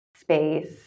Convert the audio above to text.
space